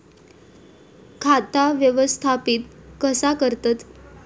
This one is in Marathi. खाता व्यवस्थापित कसा करतत?